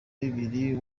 bibiri